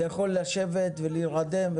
זה יכול לשבת ולהירדם,